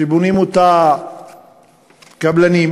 שבונים אותה קבלנים,